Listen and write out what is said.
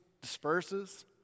disperses